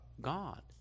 God